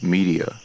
Media